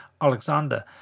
Alexander